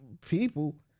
people